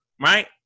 right